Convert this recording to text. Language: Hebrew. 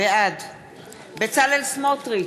בעד בצלאל סמוטריץ,